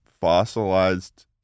fossilized